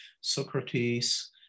Socrates